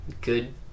good